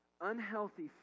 unhealthy